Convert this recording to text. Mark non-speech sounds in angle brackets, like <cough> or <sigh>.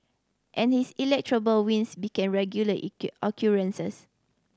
and his <unintelligible> wins became regular <unintelligible> occurrences